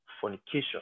fornication